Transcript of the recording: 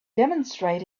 demonstrate